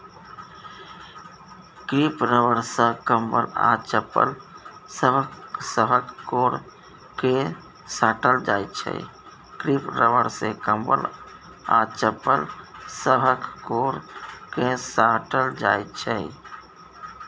crepe rubber सँ कंबल आ चप्पल सभक कोर केँ साटल जाइ छै